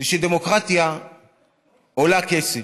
זה שדמוקרטיה עולה כסף,